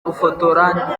gufotora